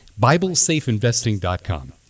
BibleSafeInvesting.com